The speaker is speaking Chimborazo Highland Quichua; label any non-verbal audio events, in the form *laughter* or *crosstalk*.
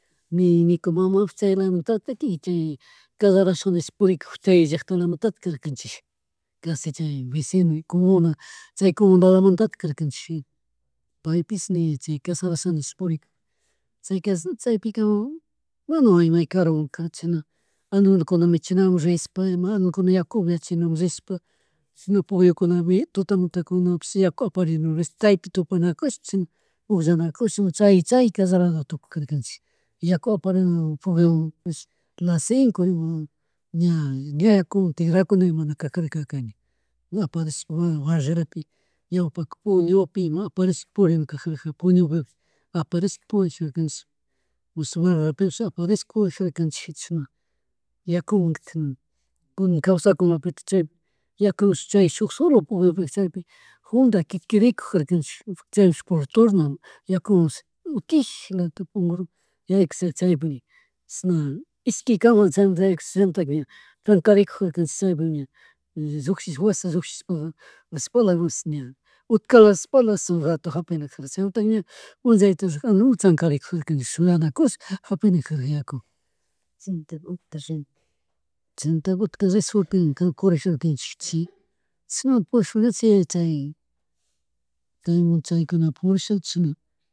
(-) ñuka mama pish chaylamuntatik y chay kallarasha nish purikuk chay llacktalatatik karkanchikja kashi chay becino comuna chay comunalamantatik karkachik paypish ni chay casharashanish purikuk *noise* chay *hesitation* chaypi mana ima may karumun kachana *noise* animalkuna michinamun rishpa ima animal yaku upiachina mun rishpa chashan pugukunapi tutamantakuna pish yaku aparidur chaypi tupanakushpa pullanakush ima chay chay kallaranatukugjakakanchik yaku aparina puguiomanpish las cinco ima ña, yakuwan tigrakuni mana *unintelligible* ña aparishpa barilpi ñawpaka puguiopi ima aparish purinakajarka puñupipis aparaish pullashkarkanchik, pugllashpa aparish purijarkanchaik chishna yakuwna kuna kawsakunlaka piti chay yakush chay shuk solo puguio karkak junda quichquirikun kajarka chaypish por turno yakunwan utiklata pungru yaykushaka chyapimi chashan ishki kama chaymuntaka yaykush chaymuntaka trankarijukarkanchik chaypi ña *noise* llushik fuerza llukshishpa *noise* *unintelligible* ña utkala *unintelligible* rato japina chaymuntaka ña punllayta riji animalta trankarijukarkanchik suyanakush japinakarka yaku chaymuntaka utka rin chaymuntaka utka rish kutin *unintelligible* chashna purish chay, chaykunamun purishachina.